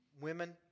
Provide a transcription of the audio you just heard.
women